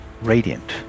Radiant